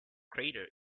crater